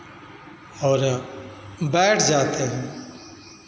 और बैठ जाते हैं